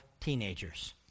teenagers